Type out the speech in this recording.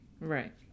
Right